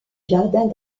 jardins